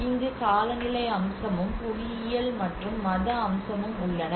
இங்கு காலநிலை அம்சமும் புவியியல் மற்றும் மத அம்சமும் உள்ளன